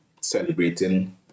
celebrating